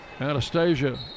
Anastasia